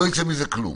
אבל לא יצא מזה כלום.